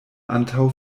antaŭ